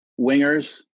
wingers